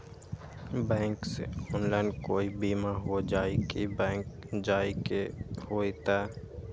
Bank से online कोई बिमा हो जाई कि बैंक जाए के होई त?